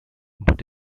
but